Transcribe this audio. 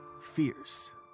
fierce